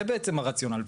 זה בעצם הרציונל.